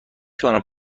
توانم